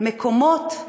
מקומות,